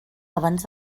abans